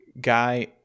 guy